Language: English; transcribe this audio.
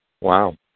Wow